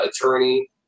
attorney